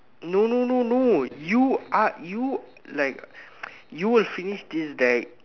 no no no no you ask you like you will finish this deck